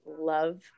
love